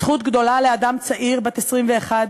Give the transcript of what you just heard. זכות גדולה לאדם צעיר, בת 21,